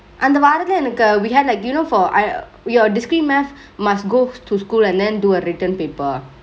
அந்த வாரத்துல எனக்கு:anthe vaarethule enaku we had like you know for I your discrete math must go to school and then do a written paper